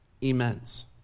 immense